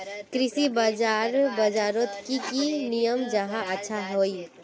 कृषि बाजार बजारोत की की नियम जाहा अच्छा हाई?